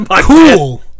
Cool